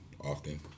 often